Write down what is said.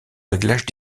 réglage